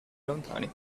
lontani